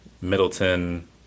Middleton